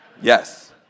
Yes